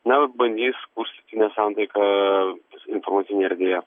na bandys kurstyti nesantaiką informacinėj erdvėje